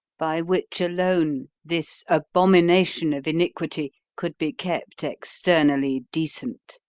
by which alone this abomination of iniquity could be kept externally decent,